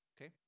Okay